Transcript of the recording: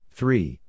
Three